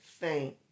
faint